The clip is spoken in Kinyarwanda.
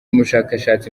umushakashatsi